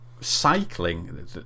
Cycling